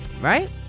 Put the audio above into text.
right